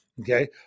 Okay